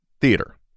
theater